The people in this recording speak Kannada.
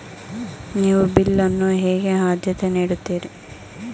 ನೀವು ಬಿಲ್ ಅನ್ನು ಹೇಗೆ ಆದ್ಯತೆ ನೀಡುತ್ತೀರಿ?